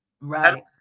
Right